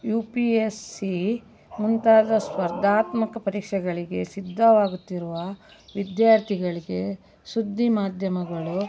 you P S C ಮುಂತಾದ ಸ್ಪರ್ಧಾತ್ಮಕ ಪರೀಕ್ಷೆಗಳಿಗೆ ಸಿದ್ಧವಾಗುತ್ತಿರುವ ವಿದ್ಯಾರ್ಥಿಗಳಿಗೆ ಸುದ್ದಿ ಮಾಧ್ಯಮಗಳು